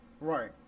Right